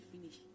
finish